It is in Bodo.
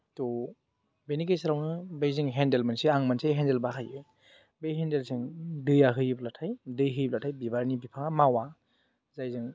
थ' बेनि गेजेरावनो बे जोंनि हेन्देल मोनसे आं मोनसे हेन्देल बाहायो बे हेन्देलजों दैया होयोब्लाथाय दै होयोब्लाथाय बिबारनि बिफाङा मावा जायजों